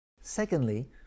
Secondly